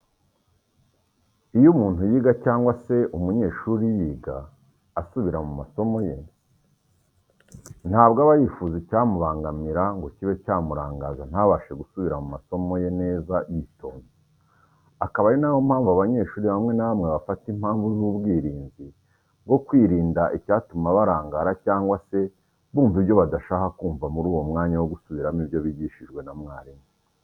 Iyo umuntu yiga cyangwa se umunyeshuri yiga asubira mu masomo ye, ntabwo aba yifuza icyamubangamira ngo kibe cyamurangaza ntabashe gusubira mu masomo ye neza yitonze, akaba ari na yo mpamvu abanyeshuri bamwe na bamwe bafata impamvu z'ubwirinzi bwo kwirinda icyatuma barangara cyangwa se bumva ibyo badashaka kumva muri uwo mwanya wo gusubiramo ibyo bigishijwe na mwarimu.